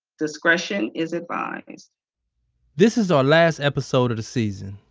discretion is advised this is our last episode of the season.